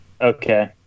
okay